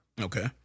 Okay